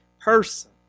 person